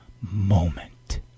moment